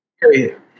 Period